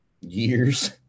years